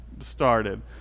started